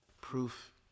Proof